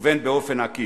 ובין באופן עקיף.